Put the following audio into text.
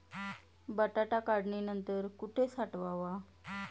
बटाटा काढणी नंतर कुठे साठवावा?